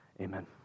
Amen